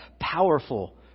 powerful